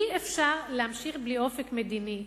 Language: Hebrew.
אי-אפשר להמשיך בלי אופק מדיני.